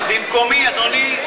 במקומי, אדוני.